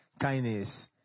kindness